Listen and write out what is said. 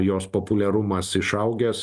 jos populiarumas išaugęs